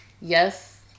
Yes